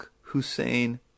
Hussein